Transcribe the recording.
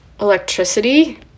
electricity